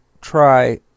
try